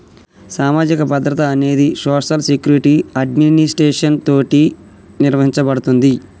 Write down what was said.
సామాజిక భద్రత అనేది సోషల్ సెక్యురిటి అడ్మినిస్ట్రేషన్ తోటి నిర్వహించబడుతుంది